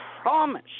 promise